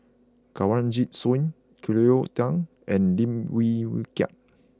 Kanwaljit Soin Cleo Thang and Lim Wee Kiak